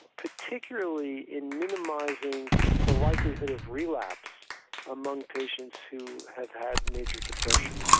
particularly in minimising the likelihood of relapse among patients who have had major depression.